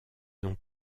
donc